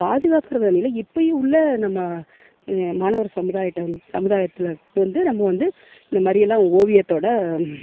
பாதுகாக்கிறது நிலை இப்பையும் உள்ள நம்ம மாணவர் சமுதாயட்ட வந் சமுதாயத்திலருக்கு வந்து நம்ம வந்து இந்தமாதிரி எல்லாம் ஓவியத்தோட